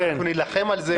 אנחנו נילחם על זה.